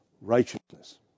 righteousness